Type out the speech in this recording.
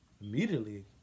immediately